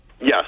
Yes